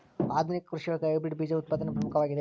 ಆಧುನಿಕ ಕೃಷಿಯೊಳಗ ಹೈಬ್ರಿಡ್ ಬೇಜ ಉತ್ಪಾದನೆ ಪ್ರಮುಖವಾಗಿದೆ